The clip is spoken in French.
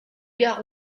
gare